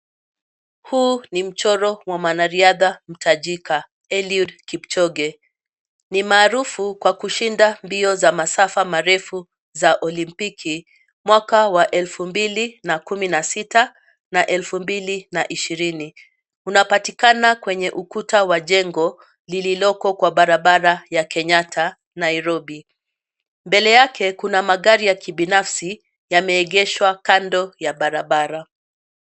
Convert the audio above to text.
Huu ni mchoro wa mwanariadha mtajika, Eliud Kipchoge. Nimmarufu kwa kushinda mbio za masafa marefu za olimpiki mwaka wa elfu mbili na kumi na sita na elfu mbili na ishirini. Unapatikana kwenye ukuta wa jengo lililoko kwa barabara ya Kenyata, Nairobi. Mbele yake kuna magari ya kibinafsi yameegeshwa kando ya barabara.